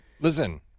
listen